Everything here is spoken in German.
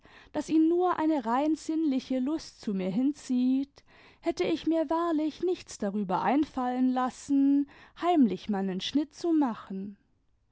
daß ihn tnur eine rein sinnliche lust zu mir hinzieht hätte ich mir wahrlich nichts darüber einfallen lassen heimlich meinen schnitt zu machen